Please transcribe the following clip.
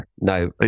no